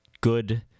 good